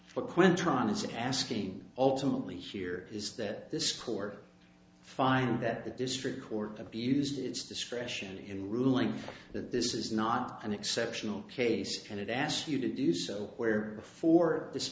what quinton is it asking ultimately here is that this court find that the district court abused its discretion in ruling that this is not an exceptional case and it asks you to do so where before this